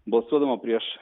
balsuodama prieš